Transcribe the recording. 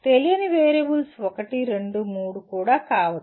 తెలియని వేరియబుల్స్ ఒకటి రెండు మూడు కూడా కావచ్చు